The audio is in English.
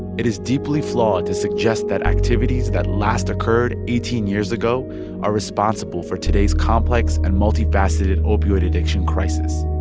it is deeply flawed to suggest that activities that last occurred eighteen years ago are responsible for today's complex and multifaceted opioid addiction crisis.